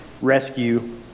rescue